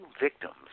victims